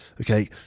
Okay